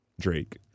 drake